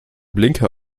blinker